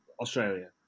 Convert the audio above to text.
Australia